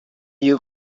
you